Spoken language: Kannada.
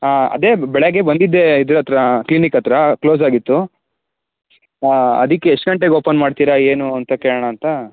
ಹಾಂ ಅದೇ ಬೆಳಗ್ಗೆ ಬಂದಿದ್ದೆ ಇದ್ರ ಹತ್ತಿರ ಕ್ಲಿನಿಕ್ ಹತ್ತಿರ ಕ್ಲೋಸ್ ಆಗಿತ್ತು ಅದಕ್ಕೆ ಎಷ್ಟು ಗಂಟೆಗೆ ಓಪನ್ ಮಾಡ್ತೀರಾ ಏನು ಅಂತ ಕೇಳೋಣ ಅಂತ